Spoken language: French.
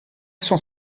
cent